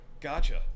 gotcha